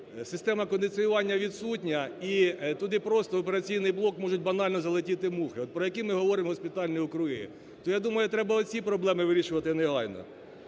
система кондиціювання відсутня, і туди просто в операційний блок можуть банально залетіти мухи от, про які ми говоримо госпітальні округи. То я думаю треба оці проблеми вирішувати негайно.